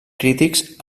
crítics